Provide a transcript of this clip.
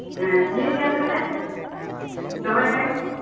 ᱦᱮᱸ ᱴᱷᱤᱠᱜᱮᱭᱟ ᱛᱟᱦᱚᱞᱮ ᱫᱚᱦᱚᱭᱫᱟᱹᱧ